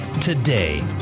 today